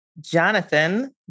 Jonathan